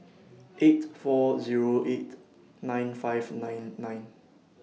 eight four Zero eight nine five nine nine